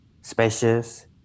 spacious